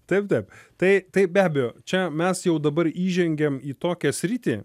taip taip tai tai be abejo čia mes jau dabar įžengėm į tokią sritį